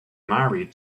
married